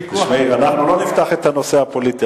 זה ויכוח, אנחנו לא נפתח את הנושא הפוליטי.